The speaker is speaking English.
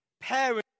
parents